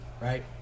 Right